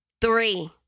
Three